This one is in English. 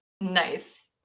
nice